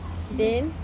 then